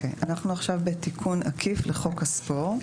אנחנו עכשיו בתיקון עקיף לחוק הספורט.